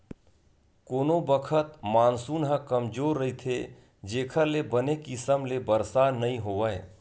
कोनो बखत मानसून ह कमजोर रहिथे जेखर ले बने किसम ले बरसा नइ होवय